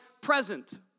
present